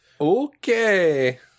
Okay